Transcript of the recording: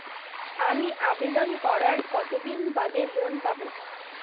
আমি আবেদন করার কতদিন বাদে লোন পাব?